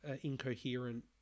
incoherent